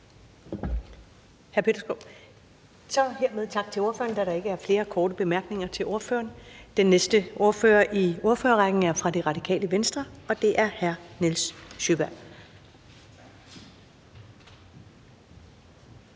Hermed tak til ordføreren, da der ikke er flere korte bemærkninger til ordføreren. Den næste ordfører i ordførerrækken er fra Det Radikale Venstre, og det er hr. Nils Sjøberg.